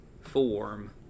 form